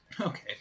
Okay